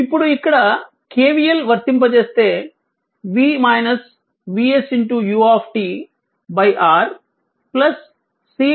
ఇప్పుడు ఇక్కడ KVL వర్తింపజేస్తే v VS u R c dvdt 0